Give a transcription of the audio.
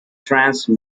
trance